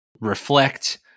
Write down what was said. reflect